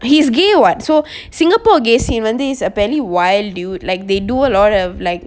he's gay [what] so singapore gays வந்து:vanthu is a barely wild dude like they do a lot of like